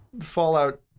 Fallout